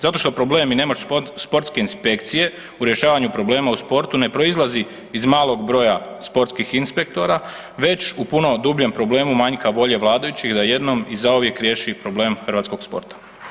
Zato što problemi nemaš sportske inspekcije u rješavanju problema u sportu ne proizlazi iz malog broja sportskih inspektora, već u puno dubljem problem manjka volje vladajućih da jednom i zauvijek riješi problem hrvatskog sporta.